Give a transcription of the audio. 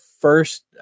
first